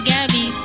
Gabby